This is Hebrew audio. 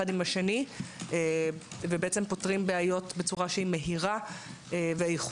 עם השני ופותרים בעיות בצורה מהירה ואיכותית.